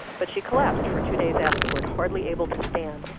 but she collapsed for two days afterwards, hardly able to stand.